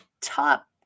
top